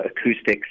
acoustics